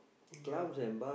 ya